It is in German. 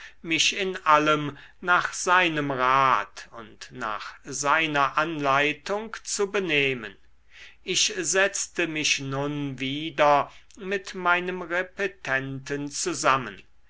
mich in allem nach seinem rat und nach seiner anleitung zu benehmen ich setzte mich nun wieder mit meinem repetenten zusammen